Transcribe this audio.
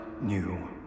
new